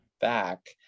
back